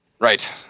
Right